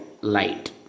light